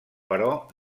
però